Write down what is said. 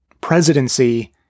presidency